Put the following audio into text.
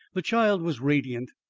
the child was radiant,